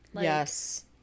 Yes